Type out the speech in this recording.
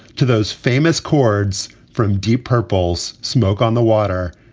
to those famous chords from deep purple's smoke on the water.